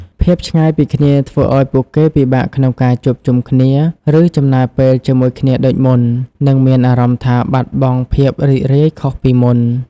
ភាពឆ្ងាយពីគ្នាធ្វើឱ្យពួកគេពិបាកក្នុងការជួបជុំគ្នា ឬចំណាយពេលជាមួយគ្នាដូចមុន នឹងមានអារម្មណ៍ថាបាត់បង់ភាពរីករាយខុសពីមុន ។